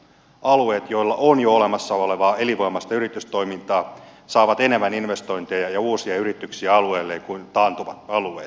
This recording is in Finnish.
alueet joilla on jo olemassa olevaa elinvoimaista yritystoimintaa saavat enemmän investointeja ja uusia yrityksiä alueelleen kuin taantuvat alueet